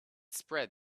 spread